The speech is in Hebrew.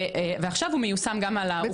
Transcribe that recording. עכשיו הוא מיושם גם על האוקראינים.